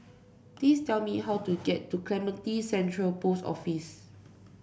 please tell me how to get to Clementi Central Post Office